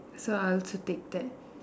so I also take that